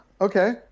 Okay